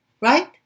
right